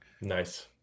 Nice